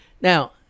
Now